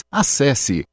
acesse